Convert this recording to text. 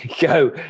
go